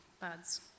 buds